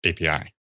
API